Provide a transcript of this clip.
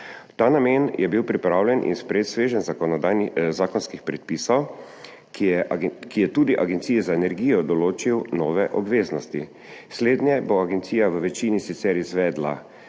ta namen je bil pripravljen in sprejet sveženj zakonodajnih zakonskih predpisov, ki je tudi Agenciji za energijo določil nove obveznosti. Slednje bo agencija v večini sicer izvedla